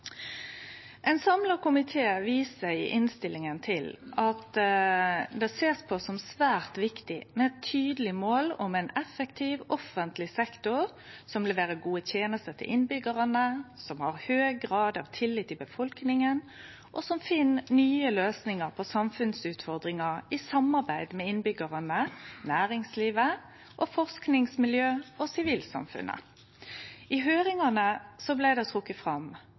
Ein samla komité viser i innstillinga til at det blir sett på som særs viktig med eit tydeleg mål om ein effektiv offentleg sektor som leverer gode tenester til innbyggjarane, som har høg grad av tillit i befolkninga, og som finn nye løysingar på samfunnsutfordringar i samarbeid med innbyggjarane, næringslivet, forskingsmiljøa og sivilsamfunnet. I høyringane blei det trekt fram